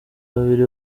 babiri